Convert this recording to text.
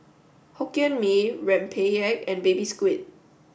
Hokkien Mee Rempeyek and baby Squid